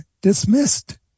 dismissed